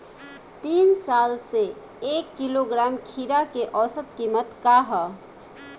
तीन साल से एक किलोग्राम खीरा के औसत किमत का ह?